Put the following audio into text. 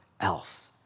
else